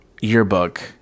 yearbook